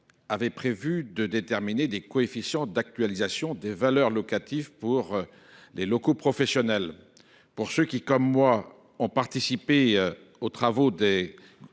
a prévu de déterminer des coefficients d’actualisation des valeurs locatives pour les locaux professionnels. Ceux qui, comme moi, ont participé aux travaux des